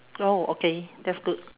oh okay that's good